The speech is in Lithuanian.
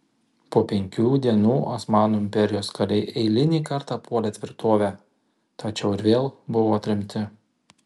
po penkių dienų osmanų imperijos kariai eilinį kartą puolė tvirtovę tačiau ir vėl buvo atremti